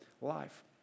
life